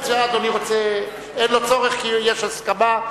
יש הסכמה.